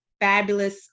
fabulous